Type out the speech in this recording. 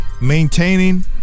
maintaining